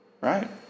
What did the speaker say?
right